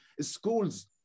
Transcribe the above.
schools